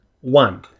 One